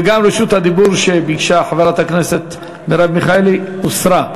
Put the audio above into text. וגם רשות הדיבור שביקשה חברת הכנסת מרב מיכאלי הוסרה.